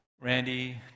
Randy